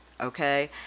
Okay